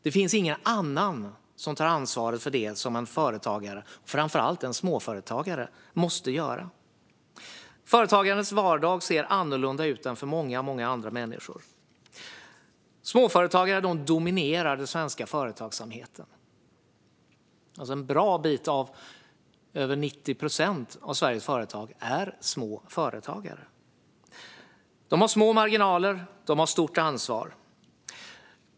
Det finns ingen annan som tar ansvar för det som en företagare, framför allt en småföretagare, måste göra. Företagarens vardag ser annorlunda ut än vardagen för många andra människor. Småföretagare dominerar den svenska företagsamheten. En stor del av Sveriges företagare, över 90 procent, är småföretagare. De har små marginaler och stort ansvar.